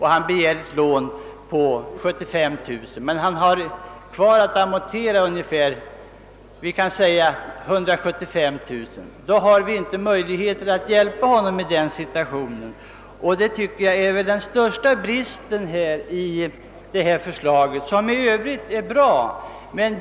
Han begär ett direktlån på 75 000 kronor, men han har kvar att amortera låt oss säga 175 000 kronor. I den situationen har vi enligt förslaget inte möjligheter att hjälpa honom. Det tycker jag är den största bristen i detta förslag, som i Övrigt är bra.